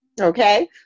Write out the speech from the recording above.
okay